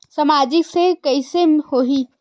सामाजिक से कइसे होही?